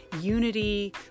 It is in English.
unity